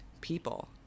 people